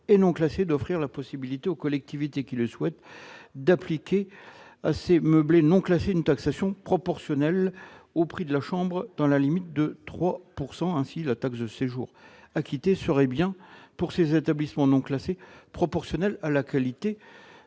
est donc proposé d'offrir la possibilité aux collectivités qui le souhaitent d'appliquer à ces meublés non classés une taxation proportionnelle au prix de la chambre, dans la limite de 3 %. Ainsi la taxe de séjour acquittée serait bien, pour ces établissements non classés, proportionnelle à la qualité